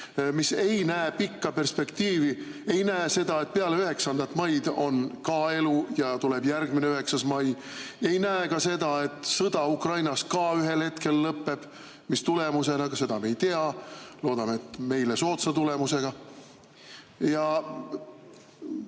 mis ei näe pikka perspektiivi, ei näe seda, et peale 9. maid on ka elu ja tuleb järgmine 9. mai, ei näe ka seda, et sõda Ukrainas ühel hetkel ka lõpeb. Mis tulemusega, seda me ei tea, loodame, et meile soodsa tulemusega.